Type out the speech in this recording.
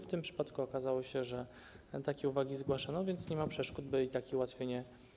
W tym przypadku okazało się, że takie uwagi nam zgłaszano, więc nie ma przeszkód, by wdrożyć to ułatwienie.